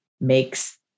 makes